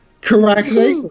Correctly